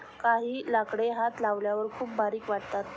काही लाकडे हात लावल्यावर खूप बारीक वाटतात